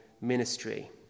ministry